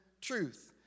truth